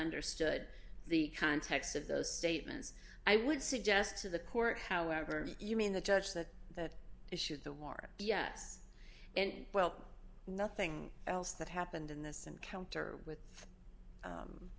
understood the context of those statements i would suggest to the court however you mean the judge that the issue of the war yes and well nothing else that happened in this encounter with